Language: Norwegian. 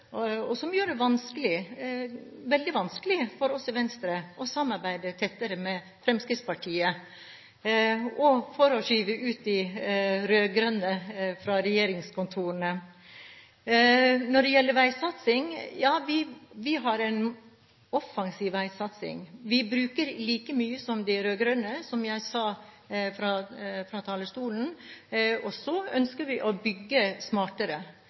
gjør det vanskelig, veldig vanskelig, for oss i Venstre å samarbeide tettere med Fremskrittspartiet for å skyve ut de rød-grønne fra regjeringskontorene. Så til veisatsing: Ja, vi har en offensiv veisatsing. Vi bruker like mye som de rød-grønne, som jeg sa fra talerstolen, og så ønsker vi å bygge smartere.